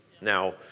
Now